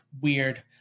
weird